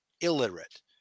illiterate